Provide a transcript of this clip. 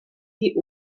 die